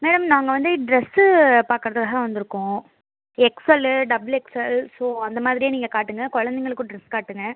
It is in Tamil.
மேடம் நாங்கள் வந்து ட்ரெஸ்ஸு பார்க்கறதுக்காக வந்திருக்கோம் எக்ஸெல்லு டபுள் எக்ஸெல் ஸோ அந்தமாதிரியே நீங்கள் காட்டுங்க குழந்தைங்களுக்கும் ட்ரெஸ் காட்டுங்க